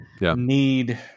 need